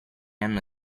hanno